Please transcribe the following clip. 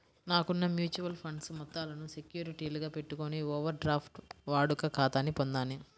నాకున్న mutual funds మొత్తాలను సెక్యూరిటీలుగా పెట్టుకొని ఓవర్ డ్రాఫ్ట్ వాడుక ఖాతాని పొందాను